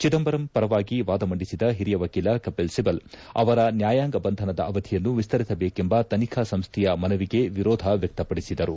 ಚಿದಂಬರಂ ಪರವಾಗಿ ವಾದ ಮಂಡಿಸಿದ ಹಿರಿಯ ವಕೀಲ ಕಪಿಲ್ ಸಿಬಲ್ ಅವರ ನ್ನಾಯಾಂಗ ಬಂಧನದ ಅವಧಿಯನ್ನು ವಿಸ್ತರಿಸಬೇಕೆಂಬ ತನಿಖಾ ಸಂಸ್ಥೆಯ ಮನವಿಗೆ ವಿರೋಧ ವ್ಯಕ್ತಪಡಿಸಿದರು